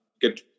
good